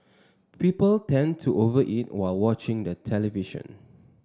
people tend to over eat while watching the television